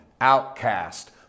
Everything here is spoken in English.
outcast